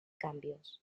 cambios